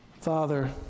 Father